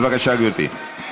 בבקשה, גברתי.